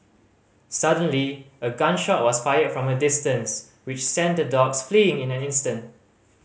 suddenly a gun shot was fired from a distance which sent the dogs fleeing in an instant